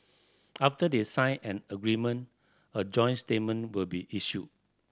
after they sign an agreement a joint statement will be issued